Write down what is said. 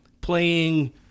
playing